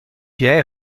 jij